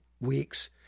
weeks